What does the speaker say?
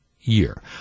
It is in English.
year